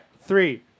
three